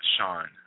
Sean